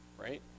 right